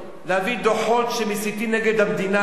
להביא דוחות שמסיתים נגד המדינה,